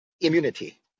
immunity